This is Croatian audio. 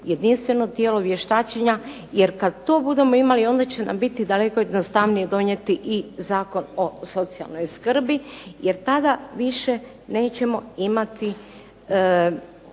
jedinstveno tijelo vještačenja. Jer kad to budemo imali onda će nam biti daleko jednostavnije donijeti i Zakon o socijalnoj skrbi, jer tada više nećemo imati